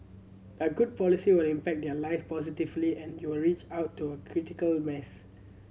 a good policy will impact their live positively and you'll reach out to a critical mass